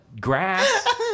grass